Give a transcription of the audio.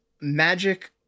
magic